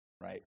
right